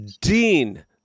Dean